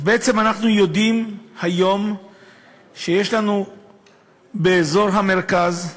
אז בעצם אנחנו יודעים היום שיש לנו באזור המרכז,